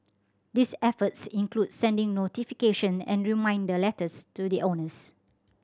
these efforts include sending notification and reminder letters to the owners